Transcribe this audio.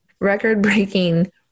record-breaking